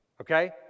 okay